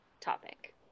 topic